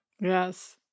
Yes